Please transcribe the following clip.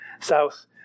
south